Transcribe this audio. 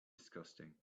disgusting